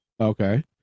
Okay